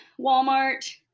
Walmart